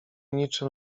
niczym